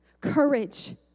courage